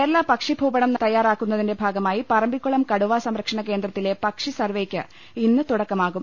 കേരള പക്ഷിഭൂപടം തയാറാക്കുന്നതിന്റെ ഭാഗമായി പറമ്പിക്കുളം കടുവാ സംരക്ഷണകേന്ദ്രത്തിലെ പക്ഷി സർവേക്ക് ഇന്ന് തുടക്കമാകും